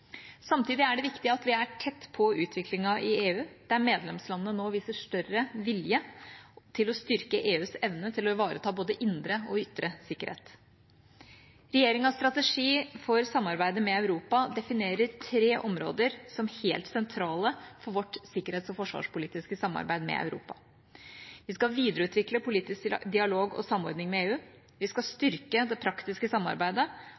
Samtidig er det viktig at vi er tett på utviklingen i EU, der medlemslandene nå viser større vilje til å styrke EUs evne til å ivareta både indre og ytre sikkerhet. Regjeringas strategi for samarbeidet med Europa definerer tre områder som helt sentrale for vårt sikkerhets- og forsvarspolitiske samarbeid med Europa: Vi skal videreutvikle politisk dialog og samordning med EU, vi skal styrke det praktiske samarbeidet,